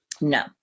No